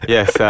Yes